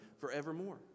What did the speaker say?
forevermore